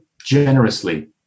generously